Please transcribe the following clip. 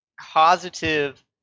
positive